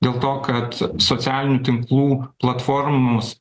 dėl to kad socialinių tinklų platformos